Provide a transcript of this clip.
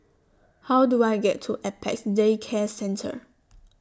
How Do I get to Apex Day Care Centre